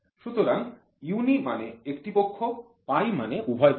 সুতরাং uni মানে একটি পক্ষ bi মানে উভয় পক্ষ